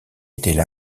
étaient